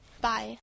bye